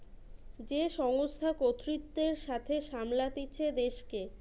যে সংস্থা কর্তৃত্বের সাথে সামলাতিছে দেশকে